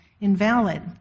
invalid